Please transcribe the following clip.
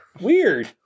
Weird